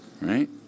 right